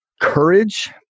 Courage